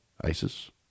ISIS